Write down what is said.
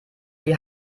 die